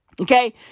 Okay